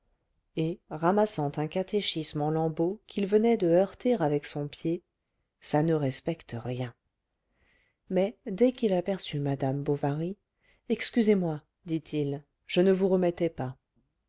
et ramassant un catéchisme en lambeaux qu'il venait de heurter avec son pied ça ne respecte rien mais dès qu'il aperçut madame bovary excusez-moi dit-il je ne vous remettais pas